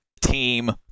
team